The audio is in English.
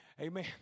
Amen